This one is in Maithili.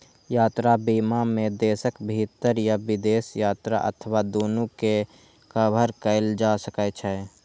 यात्रा बीमा मे देशक भीतर या विदेश यात्रा अथवा दूनू कें कवर कैल जा सकै छै